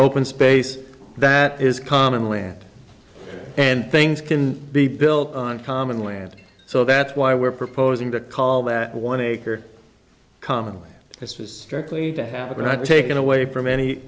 open space that is common land and things can be built on common land so that's why we're proposing to call that one acre common this was strictly to have not taken away from